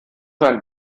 sein